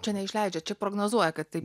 čia neišleidžia čia prognozuoja kad tai